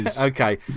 okay